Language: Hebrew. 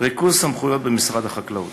ריכוז סמכויות במשרד החקלאות,